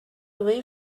away